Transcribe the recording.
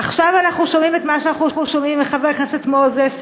עכשיו אנחנו שומעים את מה שאנחנו שומעים מחבר הכנסת מוזס,